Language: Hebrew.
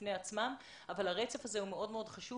בפני עצמם אבל הרצף הזה הוא מאוד מאוד חשוב